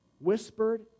Whispered